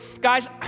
guys